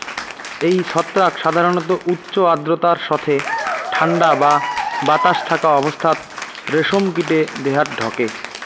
এই ছত্রাক সাধারণত উচ্চ আর্দ্রতার সথে ঠান্ডা বা বাতাস থাকা অবস্থাত রেশম কীটে দেহাত ঢকে